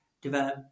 develop